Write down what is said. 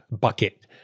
bucket